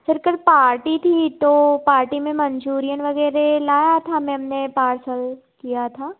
sir कल party थी तो पार्टी में मंचूरियन वगेरह लाया था मैम ने पार्सल किया था